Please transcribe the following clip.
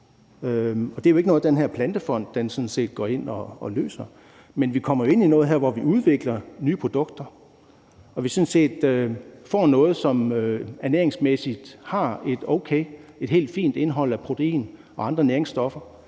Det er jo ikke noget, den her Plantefond går ind og løser, men vi kommer ind i noget her, hvor vi udvikler nye produkter, og hvor vi får noget, som ernæringsmæssigt har et helt fint indhold af protein og andre næringsstoffer,